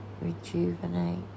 rejuvenate